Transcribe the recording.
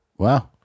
Wow